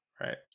Right